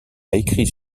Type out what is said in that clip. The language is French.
écrit